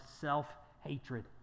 self-hatred